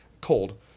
cold